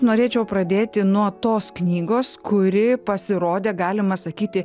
norėčiau pradėti nuo tos knygos kuri pasirodė galima sakyti